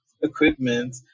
equipment